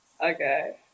Okay